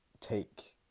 take